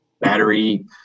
battery